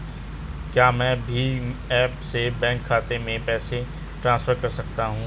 क्या मैं भीम ऐप से बैंक खाते में पैसे ट्रांसफर कर सकता हूँ?